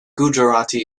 gujarati